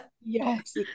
Yes